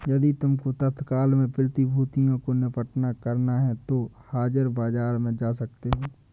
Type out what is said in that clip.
यदि तुमको तत्काल में प्रतिभूतियों को निपटान करना है तो हाजिर बाजार में जा सकते हो